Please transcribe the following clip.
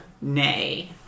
Nay